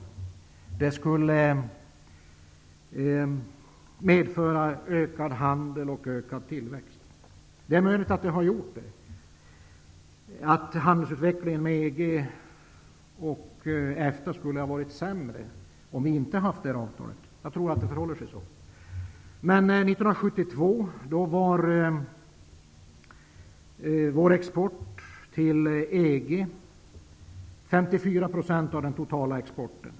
Frihandelsavtalet skulle medföra ökad handel och ökad tillväxt. Det är möjligt att avtalet har gjort det. Det är möjligt att handelsutvecklingen gentemot EG och EFTA skulle ha varit sämre om vi inte hade haft frihandelsavtalet. Jag tror att det förhåller sig så. År 1972 utgjorde vår export till EG 54 % av den totala exporten.